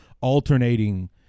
alternating